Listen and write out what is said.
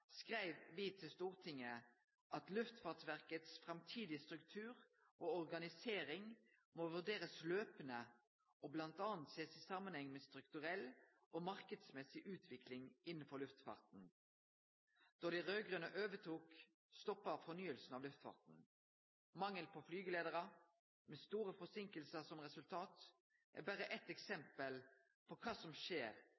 skreiv regjeringa til Stortinget at «Luftfartsverkets framtidige struktur og organisering må vurderes løpende og bl.a. ses i sammenheng med strukturell og markedsmessig utvikling innenfor luftfarten». Da dei raud-grøne overtok, stoppa fornyinga av luftfarten. Mangel på flygeleiarar, med store forseinkingar som resultat, er